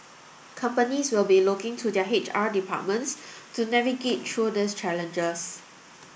companies will be looking to their H R departments to navigate through these challenges